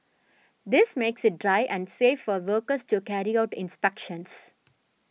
this makes it dry and safe for workers to carry out inspections